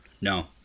No